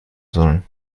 sollen